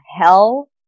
hell